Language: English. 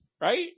right